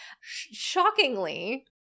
Shockingly